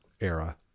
era